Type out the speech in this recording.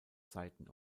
seiten